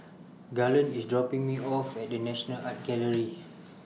Garland IS dropping Me off At The National Art Gallery